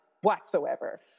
whatsoever